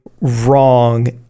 wrong